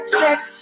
sex